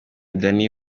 danny